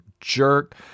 jerk